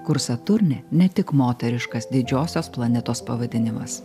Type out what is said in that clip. kur saturnė ne tik moteriškas didžiosios planetos pavadinimas